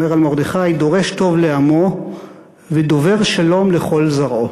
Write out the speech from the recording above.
האומר על מרדכי: "דורש טוב לעמו ודובר שלום לכל זרעו".